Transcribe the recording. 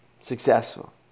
successful